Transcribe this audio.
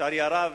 לצערי הרב,